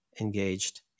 engaged